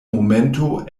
momento